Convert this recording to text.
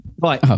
right